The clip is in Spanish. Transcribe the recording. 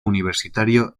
universitario